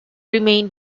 remain